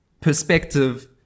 perspective